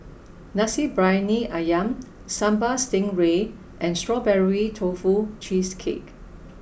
Nasi Briyani Ayam Sambal stingray and strawberry tofu cheesecake